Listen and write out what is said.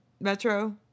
Metro